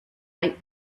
might